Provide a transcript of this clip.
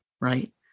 right